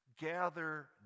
Gather